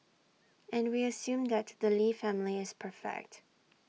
and we assume that the lee family is perfect